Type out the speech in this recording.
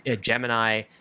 Gemini